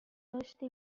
یادداشت